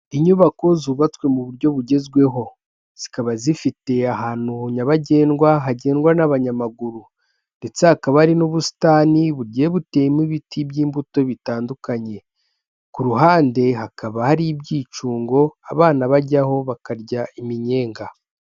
Inyubako zubatswe mu buryo bugezweho zikaba zifite ahantu nyabagendwa hagendwa n'abanyamaguru ndetse hakaba hari n'ubusitani bugiye buteyemo ibiti by'imbuto bitandukanye, ku ruhande hakaba hari ibyicungo abana bajyaho bakarya iminyenga.